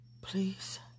Please